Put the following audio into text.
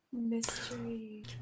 Mystery